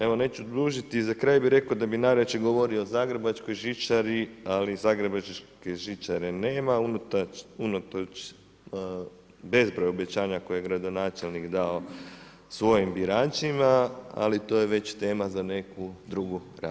Evo, neću dužiti i za kraj bi rekao da bi najrađe govorio o zagrebačkoj žičari, ali zagrebačke žičare nema, unatoč bezbroj obećanja koje je gradonačelnik dao svojim biračima, ali to je već tema za neku drugu raspravu.